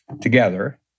together